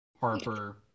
Harper